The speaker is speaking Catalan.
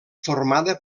formada